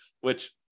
Which-